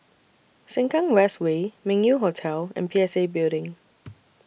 Sengkang West Way Meng Yew Hotel and P S A Building